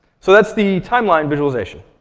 so that's the timeline visualization.